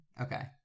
Okay